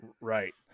Right